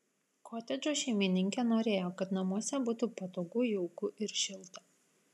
kotedžo šeimininkė norėjo kad namuose būtų patogu jauku ir šilta